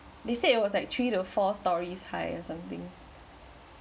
they said it was like three to four stories high or something